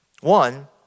One